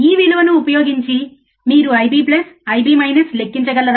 ఈ విలువను ఉపయోగించి మీరు I B IB లెక్కించగలరా